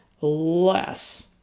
less